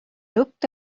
looked